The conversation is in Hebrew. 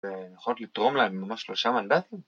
‫והן יכולות לתרום להם ‫ממש שלושה מנדטים?